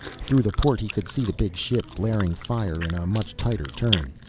through the port he could see the big ship blaring fire in a much tighter turn.